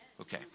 Okay